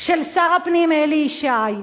של שר הפנים אלי ישי,